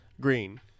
Green